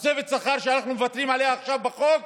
תוספת השכר שאנחנו מוותרים עליה עכשיו בחוק